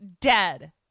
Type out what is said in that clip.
Dead